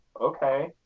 okay